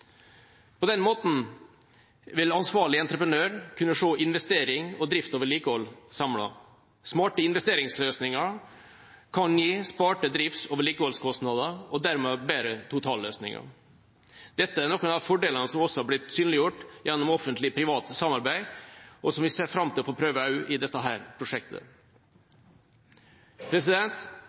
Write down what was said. På den måten vil ansvarlig entreprenør kunne se investering og drift og vedlikehold samlet. Smarte investeringsløsninger kan gi sparte drifts- og vedlikeholdskostnader og dermed bedre totalløsninger. Dette er noen av de fordelene som også har blitt synliggjort gjennom offentlig–privat samarbeid, og som vi ser fram til å få prøve ut også i dette prosjektet.